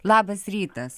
labas rytas